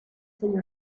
segno